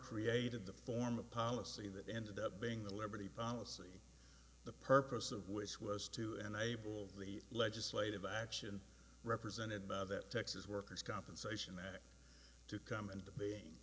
created the form of policy that ended up being the liberty policy the purpose of which was to and i will the legislative action represented by that texas workers compensation act to come into being